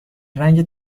رنگ